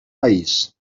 país